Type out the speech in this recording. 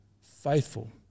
faithful